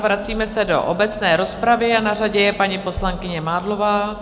Vracíme se do obecné rozpravy, na řadě je paní poslankyně Mádlová.